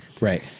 right